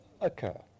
occur